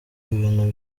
ibintu